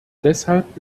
deshalb